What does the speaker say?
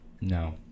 no